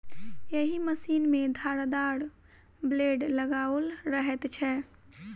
एहि मशीन मे धारदार ब्लेड लगाओल रहैत छै